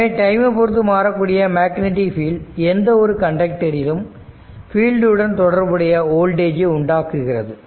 எனவே டைமை பொருத்து மாறக்கூடிய மேக்னடிக் பீல்ட் எந்த ஒரு கண்டக்டரிலும் ஃபீல்டு உடன் தொடர்புடைய வோல்டேஜ் ஐ உண்டாக்குகிறது